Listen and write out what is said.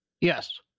Yes